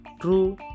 true